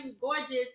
gorgeous